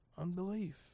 unbelief